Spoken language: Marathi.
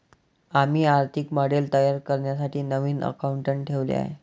आम्ही आर्थिक मॉडेल तयार करण्यासाठी नवीन अकाउंटंट ठेवले आहे